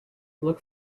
look